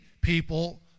people